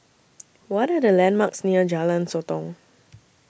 What Are The landmarks near Jalan Sotong